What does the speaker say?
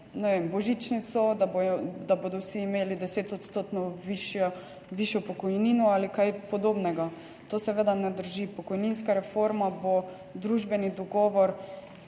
božičnico, da bodo vsi imeli 10 % višjo pokojnino ali kaj podobnega. To seveda ne drži. Pokojninska reforma bo družbeni dogovor,